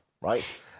right